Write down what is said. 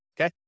Okay